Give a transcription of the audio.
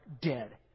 dead